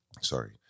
sorry